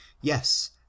yes